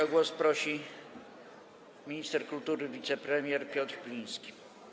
O głos prosi minister kultury, wicepremier Piotr Gliński.